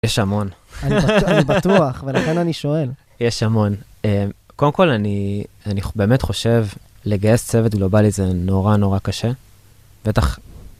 יש המון. אני בטוח, ולכן אני שואל. יש המון. קודם כל, אני באמת חושב, לגייס צוות גלובלי זה נורא נורא קשה. בטח.